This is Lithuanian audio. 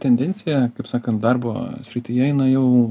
tendencija kaip sakant darbo srityje jinai jau